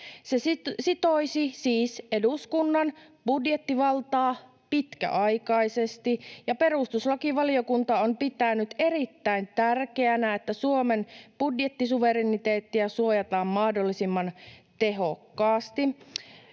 Se sitoisi siis eduskunnan budjettivaltaa pitkäaikaisesti, ja perustuslakivaliokunta on pitänyt erittäin tärkeänä, että Suomen budjettisuvereniteettia suojataan mahdollisimman tehokkaasti.